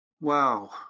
Wow